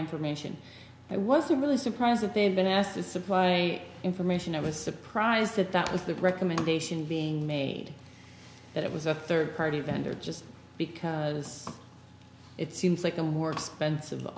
information i was really surprised that they'd been asked to supply information i was surprised that that was the recommendation being made that it was a third party vendor just because it seems like a more expensive